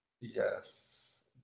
Yes